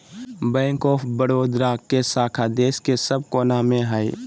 bank of Baroda के शाखा देश के सब कोना मे हय